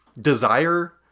desire